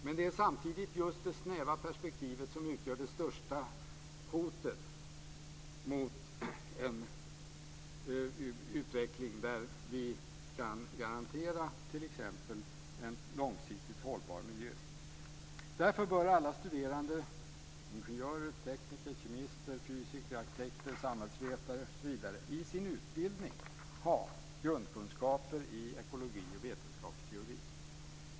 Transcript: Men det är samtidigt just det snäva perspektivet som utgör det största hotet mot en utveckling där vi kan garantera t.ex. en långsiktigt hållbar miljö. Därför bör alla studerande - ingenjörer, tekniker, kemister, fysiker, arkitekter, samhällsvetare osv. - i sin utbildning ha grundkunskaper i ekologi och vetenskapsteori.